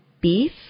beef